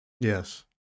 Yes